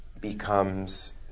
becomes